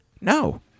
No